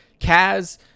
Kaz